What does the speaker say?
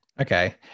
Okay